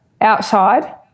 outside